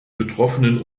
betroffenen